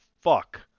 fuck